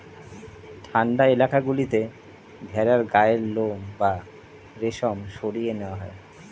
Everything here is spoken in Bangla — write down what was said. ঠান্ডা এলাকা গুলোতে ভেড়ার গায়ের লোম বা রেশম সরিয়ে নেওয়া হয়